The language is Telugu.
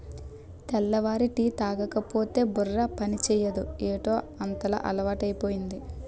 తెల్లారి టీ తాగకపోతే బుర్ర పనిచేయదు ఏటౌ అంతగా అలవాటైపోయింది